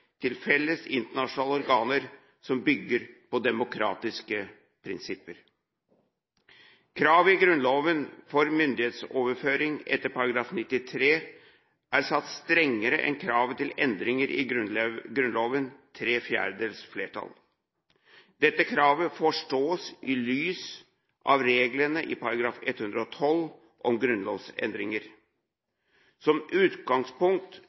til felles internasjonale organer som bygger på demokratiske prinsipper. Kravet i Grunnloven om myndighetsoverføring etter § 93 er satt strengere enn kravet til endringer i Grunnloven: tre fjerdedels flertall. Dette kravet forstås i lys av reglene i § 112 om grunnlovsendringer. Som utgangspunkt